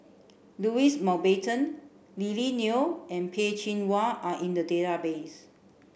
Louis Mountbatten Lily Neo and Peh Chin Hua are in the database